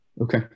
Okay